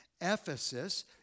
Ephesus